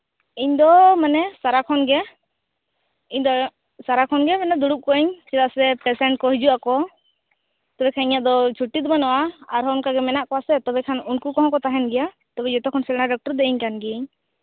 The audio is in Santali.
ᱤᱧ ᱫᱚ ᱢᱟᱱᱮ ᱥᱟᱨᱟᱠᱷᱚᱱ ᱜᱮ ᱤᱧ ᱫᱚ ᱥᱟᱨᱟᱠᱷᱚᱱ ᱜᱮ ᱢᱟᱱᱮ ᱫᱩᱲᱩᱵ ᱠᱚᱜᱼᱤᱧ ᱪᱮᱫᱟᱜ ᱥᱮ ᱯᱮᱥᱮᱱᱴ ᱠᱚ ᱦᱤᱡᱩᱜᱼᱟᱠᱚ ᱛᱚᱵᱮᱠᱷᱟᱱ ᱤᱧᱟᱹᱜ ᱫᱚ ᱪᱷᱩᱴᱤ ᱫᱚ ᱵᱟᱹᱱᱩᱜᱼᱟ ᱟᱨᱦᱚᱸ ᱚᱱᱠᱟ ᱜᱮ ᱢᱮᱱᱟᱜ ᱠᱚᱣᱟ ᱥᱮ ᱛᱚᱵᱮ ᱠᱷᱟᱱ ᱩᱱᱠᱩ ᱠᱚᱦᱚᱸ ᱠᱚ ᱛᱟᱦᱮᱱ ᱜᱮᱭᱟ ᱛᱚᱵᱮ ᱡᱚᱛᱚ ᱠᱷᱚᱱ ᱥᱮᱬᱟ ᱰᱚᱠᱴᱚᱨ ᱫᱚ ᱤᱧ ᱠᱟᱱ ᱜᱤᱭᱟᱹᱧ